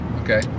Okay